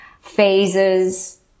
phases